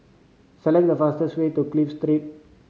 select the fastest way to Clive Three